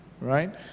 Right